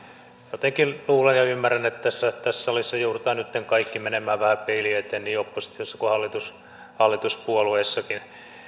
jotenkin luulen ja ymmärrän että tässä salissa joudutaan nytten kaikki menemään vähän peilin eteen niin oppositiossa kuin hallituspuolueissakin